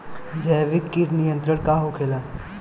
जैविक कीट नियंत्रण का होखेला?